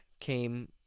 came